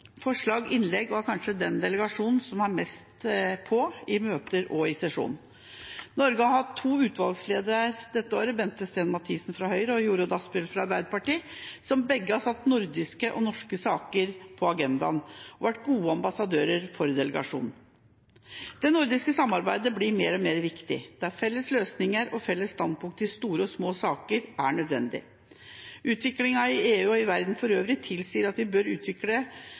forslag og innlegg og er kanskje den delegasjonen som er mest «på» i møter og i sesjonen. Norge har hatt to utvalgsledere dette året, Bente Stein Mathisen, fra Høyre, og Jorodd Asphjell, fra Arbeiderpartiet, som begge har satt nordiske og norske saker på agendaen og har vært gode ambassadører for delegasjonen. Det nordiske samarbeidet blir mer og mer viktig, der felles løsninger og felles standpunkt i store og små saker er nødvendig. Utviklingen i EU og i verden for øvrig tilsier at vi bør utvikle